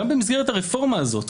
גם במסגרת הרפורמה הזאת,